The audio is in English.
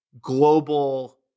global